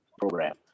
program